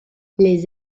les